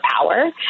power